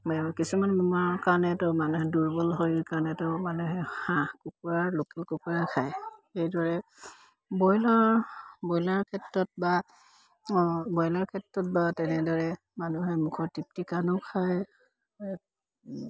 কিছুমান বেমাৰৰ কাৰণেতো মানুহে দুৰ্বল শৰীৰৰ কাৰণেতো মানুহে হাঁহ কুকুৰাৰ লোকেল কুকুৰা খায় সেইদৰে বইলাৰ বইলাৰ ক্ষেত্ৰত বা ব্ৰইলাৰৰ ক্ষেত্ৰত বা তেনেদৰে মানুহে মুখৰ তৃপ্তিৰ কাৰণেও খায়